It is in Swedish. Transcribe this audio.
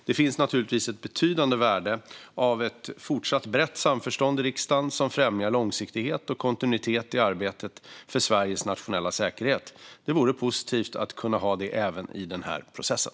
Det finns naturligtvis ett betydande värde av ett fortsatt brett samförstånd i riksdagen som främjar långsiktighet och kontinuitet i arbetet för Sveriges nationella säkerhet. Det vore positivt att kunna ha det även i den här processen.